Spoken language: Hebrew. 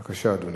בבקשה, אדוני.